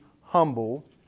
humble